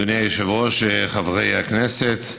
אדוני היושב-ראש, חברי הכנסת,